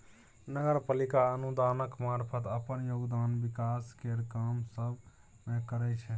नगर पालिका अनुदानक मारफत अप्पन योगदान विकास केर काम सब मे करइ छै